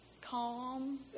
calm